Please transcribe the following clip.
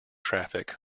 traffic